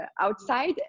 outside